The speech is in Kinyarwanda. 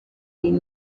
iyo